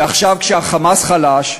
ועכשיו כשה"חמאס" חלש,